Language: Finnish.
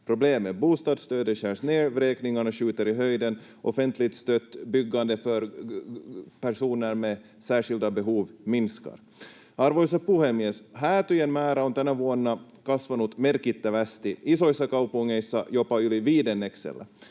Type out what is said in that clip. problemet. Bostadsstödet skärs ned, vräkningarna skjuter i höjden, offentligt stött byggande för personer med särskilda behov minskar. Arvoisa puhemies! Häätöjen määrä on tänä vuonna kasvanut merkittävästi, isoissa kaupungeissa jopa yli viidenneksellä.